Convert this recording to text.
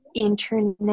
internet